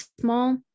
small